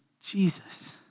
Jesus